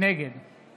נגד